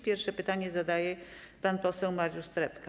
Pierwsze pytanie zadaje pan poseł Mariusz Trepka.